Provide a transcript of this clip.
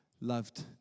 loved